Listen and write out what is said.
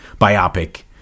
biopic